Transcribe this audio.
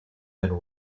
than